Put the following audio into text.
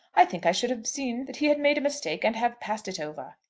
i think i should have seen that he had made a mistake, and have passed it over.